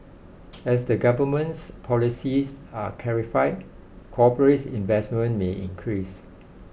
as the government's policies are clarified corporate investment may increase